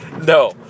No